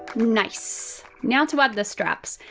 nice. now to add the straps.